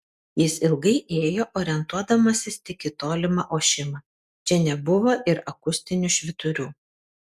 jis ilgai ėjo orientuodamasis tik į tolimą ošimą čia nebuvo ir akustinių švyturių